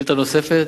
התוספת